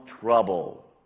trouble